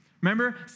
Remember